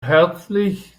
herzlich